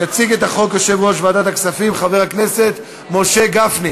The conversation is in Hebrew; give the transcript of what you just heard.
יציג את החוק יושב-ראש ועדת הכספים חבר הכנסת משה גפני.